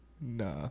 Nah